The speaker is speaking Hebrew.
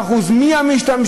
ואני רוצה לומר לכם